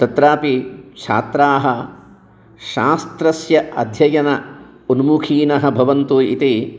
तत्रापि छात्राः शास्त्रस्य अध्ययन उन्मुखीनः भवन्तु इति